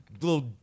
little